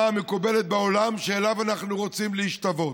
המקובלת בעולם שאליה אנחנו רוצים להשתוות.